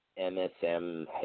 MSM